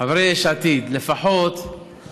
חברי יש עתיד, חיים,